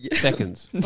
Seconds